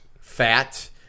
Fat